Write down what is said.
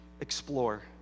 explore